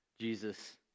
Jesus